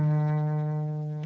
ah